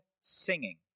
singing